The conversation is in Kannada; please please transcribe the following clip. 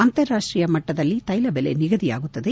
ಅಂತಾರಾಷ್ಷೀಯ ಮಟ್ಟದಲ್ಲಿ ತೈಲಬೆಲೆ ನಿಗದಿಯಾಗುತ್ತದೆ